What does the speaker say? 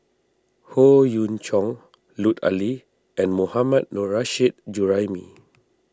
Howe Yoon Chong Lut Ali and Mohammad Nurrasyid Juraimi